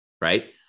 Right